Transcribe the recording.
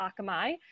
Akamai